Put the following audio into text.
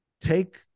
take